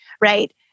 right